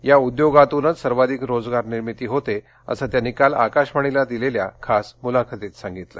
या उद्योगांतूनच सर्वाधिक रोजगार निर्मिती होते असं त्यांनी कालआकाशवाणीला दिलेल्या खास मुलाखतीत सांगितलं